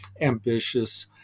ambitious